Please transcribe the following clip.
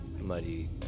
muddy